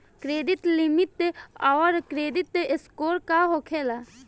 Credit limit आउर credit score का होखेला?